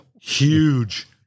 huge